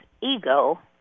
ego